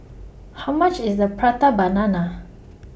How much IS The Prata Banana